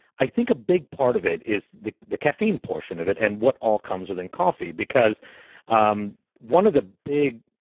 i think a big part of it is the the caffeine portion of it and what all comes within coffee because um one of the big